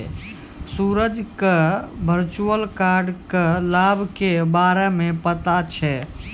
सूरज क virtual card क लाभ के बारे मे पता छै